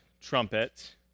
trumpet